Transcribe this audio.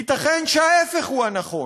ייתכן שההפך הוא הנכון,